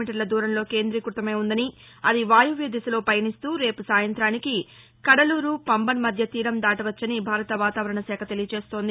మీటర్ల దూరంలో కేంద్రీకృతమయ్యందని అది వాయువ్య దిశలో పయనిస్తూ రేపు సాయంతానికి కడలూరు పంబన్ మధ్య తీరం దాటవచ్చని భారత వాతావరణ శాఖ తెలియజేస్తోంది